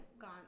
gone